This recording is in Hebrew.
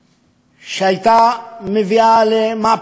שהייתה מביאה למהפכה שלמה,